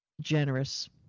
generous